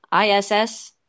ISS